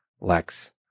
Lex